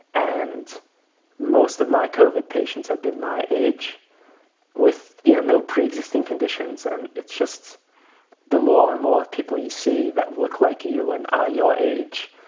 and most of my covid patients have been my age with yeah no pre-existing conditions. and it's just the more and more people you see that look like you and are your age,